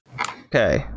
okay